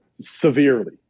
severely